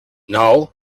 nou